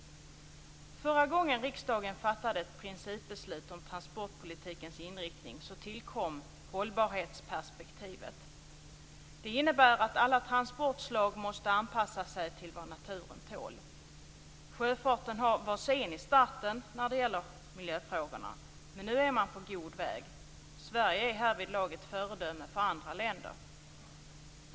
Förra gången riksdagen fattade ett principbeslut om transportpolitikens inriktning tillkom hållbarhetsperspektivet. Det innebär att alla transportslag måste anpassa sig till vad naturen tål. Sjöfarten var sen i starten när det gäller miljöfrågorna. Men nu är man på god väg. Sverige är härvidlag ett föredöme för andra länder.